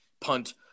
punt